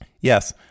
Yes